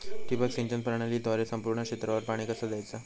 ठिबक सिंचन प्रणालीद्वारे संपूर्ण क्षेत्रावर पाणी कसा दयाचा?